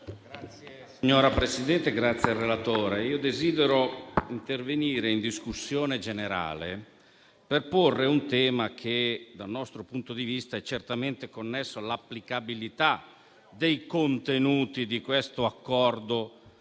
Signora Presidente, desidero intervenire in discussione generale per porre un tema che, dal nostro punto di vista, è certamente connesso all'applicabilità dei contenuti di questo Accordo